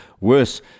Worse